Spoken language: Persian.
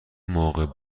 موقع